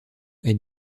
est